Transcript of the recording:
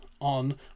on